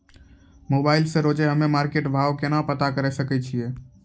Mobile से रोजे हम्मे मार्केट भाव केना पता करे सकय छियै?